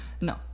no